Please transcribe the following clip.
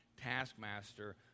taskmaster